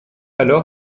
alors